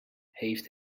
heeft